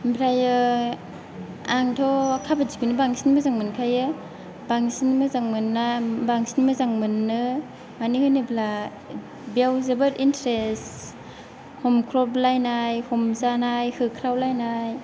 ओमफ्रायो आंथ' काबादि खौनो बांसिन मोजां मोनखायो बांसिन मोजां मोनना बांसिन मोजां मोनो मानो होनोब्ला बेयाव जोबोर इन्टारेस्ट हमख्रबलायनाय हमजानाय होख्रावलायनाय